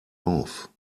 auf